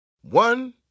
One